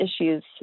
issues